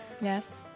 Yes